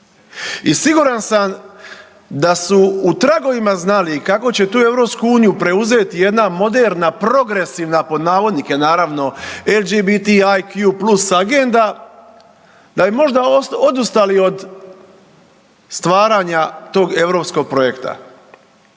I siguran sam da su u tragovima znali kako će tu EU preuzeti jedna moderna „progresivna“ naravno LGBTQIA+ agenda da bi možda odustali od stvaranja tog europskog projekta.